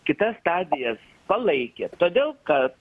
kitas stadijas palaikė todėl kad